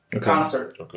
concert